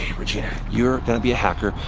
regina, you are gonna be a hacker.